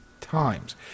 times